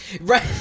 right